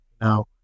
now